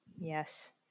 Yes